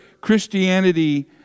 Christianity